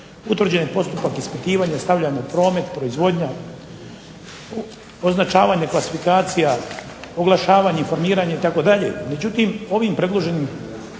utvrđen je postupak ispitivanja, stavljanja u promet, proizvodnja, označavanje, klasifikacija, oglašavanja, informiranje itd.